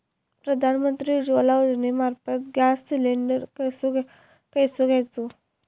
प्रधानमंत्री उज्वला योजनेमार्फत gas cylinder कसो घेऊचो?